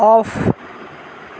off